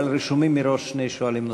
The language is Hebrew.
אבל רשומים מראש שני שואלים נוספים.